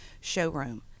showroom